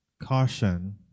caution